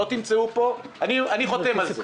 אני חותם על זה.